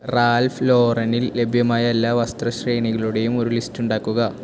Ralph ലോറനിൽ ലഭ്യമായ എല്ലാ വസ്ത്ര ശ്രേണികളുടെയും ഒരു ലിസ്റ്റ് ഉണ്ടാക്കുക